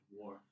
war